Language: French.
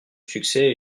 succès